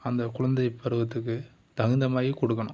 அந்த குழந்தை பருவத்துக்கு தகுந்த மாதிரி கொடுக்கணும்